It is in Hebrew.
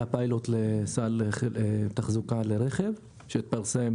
היה פיילוט לסל תחזוקה לרכב שהתפרסם